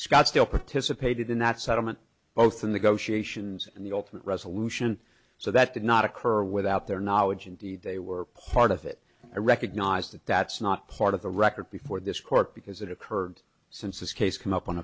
scottsdale participated in that settlement both in the goshi asians and the ultimate resolution so that did not occur without their knowledge indeed they were part of it i recognize that that's not part of the record before this court because it occurred since this case came up on